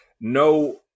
No